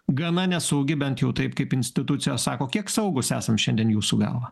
gana nesaugi bent jau taip kaip institucijos sako kiek saugūs esam šiandien jūsų galva